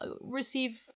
receive